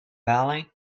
bali